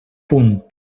punt